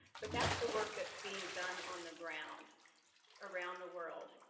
but that's the work that's being done on the ground around the world.